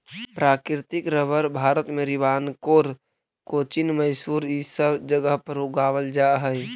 प्राकृतिक रबर भारत में त्रावणकोर, कोचीन, मैसूर इ सब जगह पर उगावल जा हई